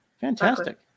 Fantastic